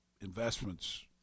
investments